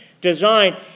design